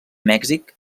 mèxic